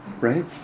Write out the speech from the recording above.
Right